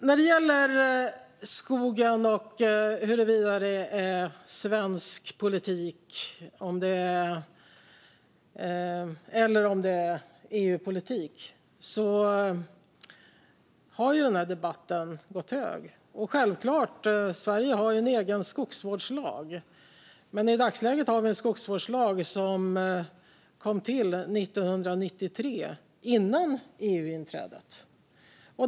När det gäller skogen och huruvida det är svensk politik eller om det är EU-politik har den debatten gått hög. Självklart har Sverige en egen skogsvårdslag. Men i dagsläget har vi en skogsvårdslag som kom till 1993, före EU-inträdet.